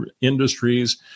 industries